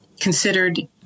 considered